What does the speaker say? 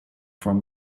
from